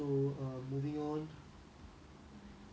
tell a story that is funny in retrospect